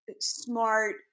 smart